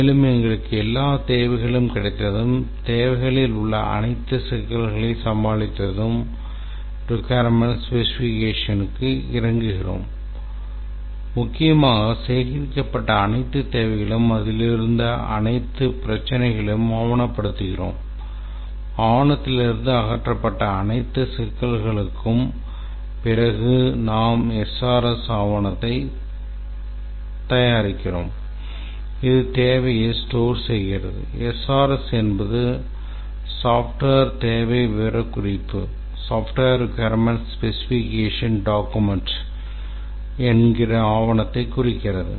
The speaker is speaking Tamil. மேலும் எங்களுக்கு எல்லா தேவைகளும் கிடைத்ததும் தேவைகளில் உள்ள அனைத்து சிக்கல்களையும் சமாளித்ததும் தேவை விவரக்குறிப்பிற்கு ஆவணத்தை குறிக்கிறது